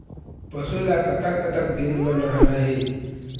पशु ला कतक कतक दिन म नहाना हे?